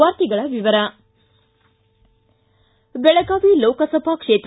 ವಾರ್ತೆಗಳ ವಿವರ ಬೆಳಗಾವಿ ಲೋಕಸಭಾ ಕ್ಷೇತ್ರ